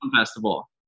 festival